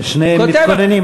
הם מתכוננים,